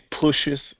pushes